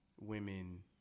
women